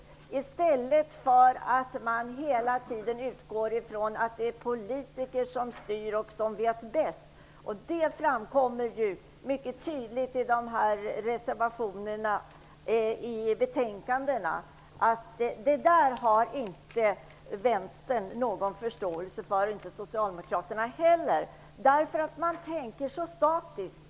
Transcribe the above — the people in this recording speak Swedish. Vi skall ge familjer sådana möjligheter i stället för att hela tiden utgå från att det är vi politiker som skall styra och som vet bäst. Det framgår mycket tydligt av reservationerna att Vänstern inte har någon förståelse för det, och inte Socialdemokraterna heller. Man tänker så statiskt!